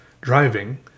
driving